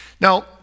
now